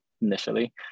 initially